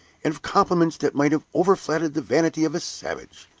and of compliments that might have overflattered the vanity of a savage.